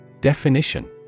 Definition